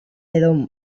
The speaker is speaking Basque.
edo